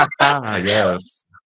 yes